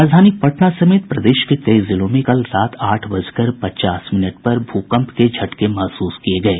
राजधानी पटना समेत प्रदेश के कई जिलों में कल रात आठ बजकर पचास मिनट पर भूकंप के झटके महसूस किये गये